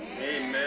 Amen